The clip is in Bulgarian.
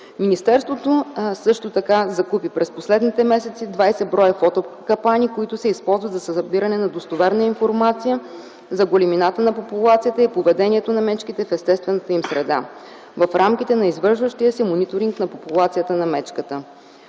водите също така закупи през последните месеци 20 бр. фотокапани, които се използват за събиране на достоверна информация за големината на популацията и поведението на мечките в естествената им среда, в рамките на извършващия се мониторинг на популацията на мечката.